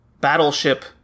battleship